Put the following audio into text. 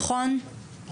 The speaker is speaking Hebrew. נכון?